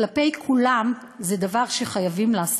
כלפי כולם, זה דבר שחייבים לעשות.